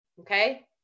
okay